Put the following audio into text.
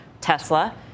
Tesla